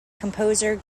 composer